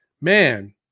man